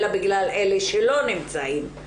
אלא בגלל אלה שלא נמצאים.